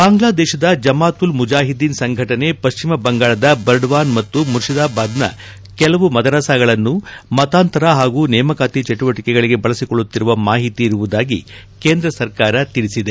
ಬಾಂಗ್ಲಾದೇಶದ ಜಮಾತ್ ಉಲ್ ಮುಜಾಹಿದೀನ್ ಸಂಘಟನೆ ಪಶ್ಚಿಮ ಬಂಗಾಳದ ಬರ್ಡ್ವಾನ್ ಮತ್ತು ಮುರ್ಶಿದಾಬಾದ್ನ ಕೆಲವು ಮದರಸಾಗಳನ್ನು ಮತಾಂತರ ಹಾಗೂ ನೇಮಕಾತಿ ಚಟುವಟಿಕೆಗಳಿಗೆ ಬಳಸುಕೊಳ್ಳುತ್ತಿರುವ ಮಾಹಿತಿ ಇರುವುದಾಗಿ ಕೇಂದ್ರ ಸರ್ಕಾರ ತಿಳಿಸಿದೆ